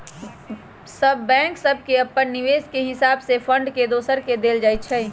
सभ बैंक सभके अप्पन नियम के हिसावे से फंड एक दोसर के देल जाइ छइ